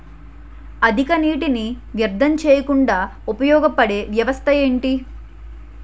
అధిక నీటినీ వ్యర్థం చేయకుండా ఉపయోగ పడే వ్యవస్థ ఏంటి